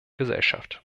gesellschaft